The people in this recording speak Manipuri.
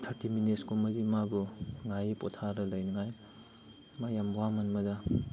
ꯊꯥꯔꯇꯤ ꯃꯤꯅꯤꯠꯁ ꯀꯨꯝꯕꯗꯤ ꯃꯥꯕꯨ ꯉꯥꯏ ꯄꯣꯊꯥꯔ ꯂꯩꯅꯤꯡꯉꯥꯏ ꯃꯥ ꯌꯥꯝ ꯋꯥꯃꯟꯕꯗ